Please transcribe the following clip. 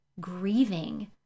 grieving